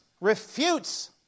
refutes